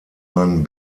man